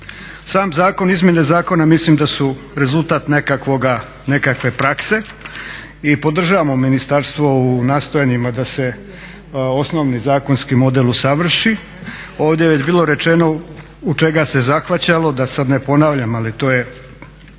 Sam zakon, izmjene zakona mislim da su rezultat nekakve prakse i podržavamo ministarstvo u nastojanjima da se osnovni zakonski model usavrši. Ovdje je već bilo rečeno od čega se zahvaćalo, da sada ne ponavljam, ali to je